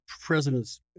presidents